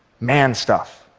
man stuff.